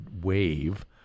wave